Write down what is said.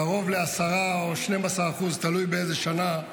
קרוב ל-10% או 12% תלוי באיזו שנה,